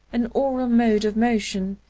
an aural mode of motion,